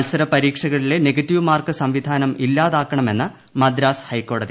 മത്സര പരീക്ഷകളിലെ negative mark സംവിധാനം ഇല്ലാതാക്കണമെന്ന് മദ്രാസ് ഹൈക്കോടതി